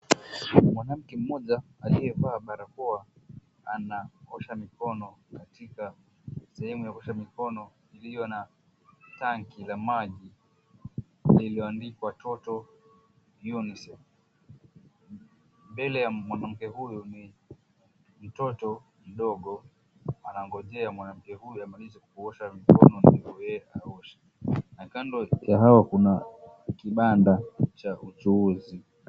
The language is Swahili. Mwanamke mmoja aliyevaa barakoa anaosha mikono katika sehemu ya kuosha mikono iliyo na tangi la maji lililoandikwa " TOTO viunze mbele ya mwanamke huyu ni mtoto mdogo, anangojea mwanamke huyu amalize kuosha mikono ndivyo yeye aoshe, na kando ya hawa kuna kibanda cha uchuuzi.